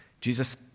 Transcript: Jesus